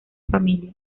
familia